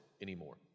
anymore